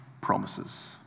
promises